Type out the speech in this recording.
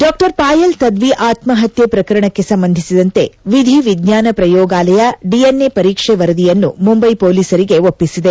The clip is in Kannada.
ಡಾಕ್ಷರ್ ಪಾಯಲ್ ತದ್ವಿ ಆತ್ಮಹತ್ಯೆ ಪ್ರಕರಣಕ್ಕೆ ಸಂಬಂಧಿಸಿದಂತೆ ವಿಧಿ ವಿಜ್ಞಾನ ಪ್ರಯೋಗಾಲಯ ಡಿಎನ್ಎ ಪರೀಕ್ಷೆ ವರದಿಯನ್ನು ಮುಂಬೈ ಮೋಲಿಸರಿಗೆ ಒಪ್ಪಿಸಿದೆ